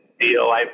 deal